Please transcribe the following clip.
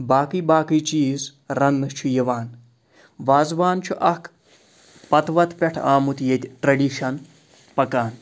باقٕے باقٕے چیٖز رَننہٕ چھُ یِوان وازوان چھُ اَکھ پَتہٕ وَتہٕ پٮ۪ٹھ آمُت ییٚتہِ ٹرٛیڈِشَن پَکان